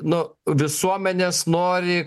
nu visuomenės nori